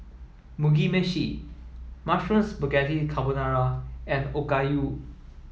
Mugi Meshi Mushroom Spaghetti Carbonara and Okayu